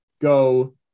go